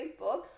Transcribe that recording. Facebook